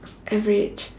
average